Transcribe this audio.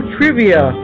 Trivia